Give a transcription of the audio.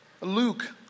Luke